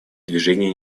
движения